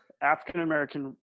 African-American